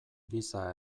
giza